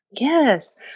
Yes